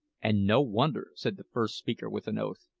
and no wonder, said the first speaker with an oath,